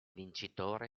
vincitore